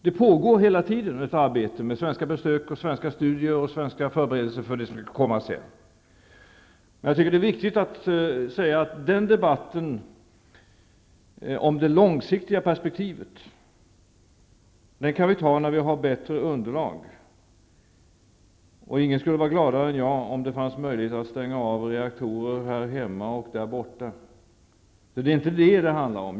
Det pågår hela tiden ett arbete med svenska försök, studier och förberedelser för vad som skall komma senare. Debatten om det långsiktiga perspektivet kan vi ta när det finns bättre underlag. Ingen skulle vara gladare än jag om det fanns möjligheter att stänga av reaktorer här hemma och där borta. Men det är inte det det här handlar om.